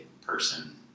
person